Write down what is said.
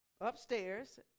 upstairs